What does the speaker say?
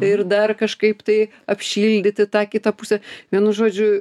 ir dar kažkaip tai apšildyti tą kitą pusę vienu žodžiu